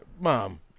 mom